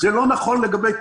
זה לא נכון לגבי כולם.